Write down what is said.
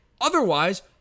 Otherwise